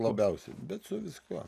labiausiai bet su viskuo